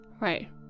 Right